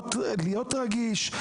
להיות רגיש,